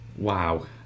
Wow